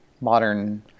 modern